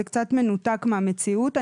זה קצת מנותק מהמציאות.